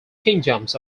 kingdoms